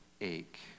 ache